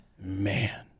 Man